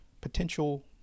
potential